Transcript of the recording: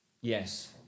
Yes